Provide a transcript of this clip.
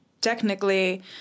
Technically